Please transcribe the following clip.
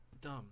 dumb